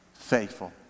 faithful